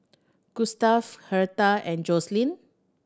Gustave Hertha and Joseline